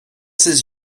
ses